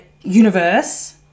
universe